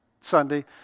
Sunday